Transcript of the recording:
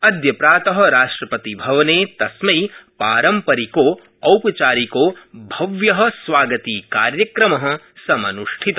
अद्य प्रात राष्ट्रपतिभवने तस्मै पारम्परिको औपचारिको भव्य स्वागतीकार्यक्रम समन्ष्टित